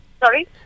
Sorry